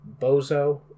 Bozo